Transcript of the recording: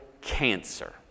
cancer